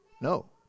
no